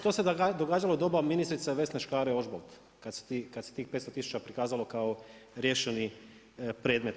To se događalo u doba ministrice Vesne Škare Ožbolt kada se tih 500 tisuća prikazalo kao riješeni predmeti.